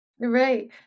Right